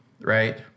right